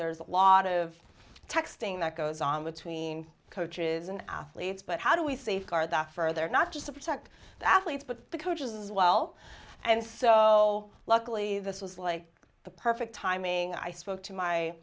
there's a lot of texting that goes on between coaches and athletes but how do we safeguard that further not just to protect the athletes but the coaches well and so luckily this was like the perfect timing i spoke to my